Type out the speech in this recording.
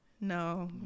No